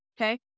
okay